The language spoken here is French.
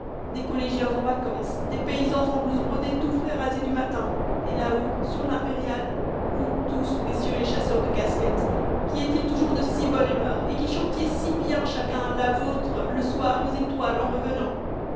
des collégiens en vacances des paysans en blouse brodée tout frais rasés du matin et là-haut sur l'impériale vous tous messieurs les chasseurs de casquettes qui étiez toujours de si bonne humeur et qui chantiez si bien chacun la vôtre le soir aux étoiles en revenant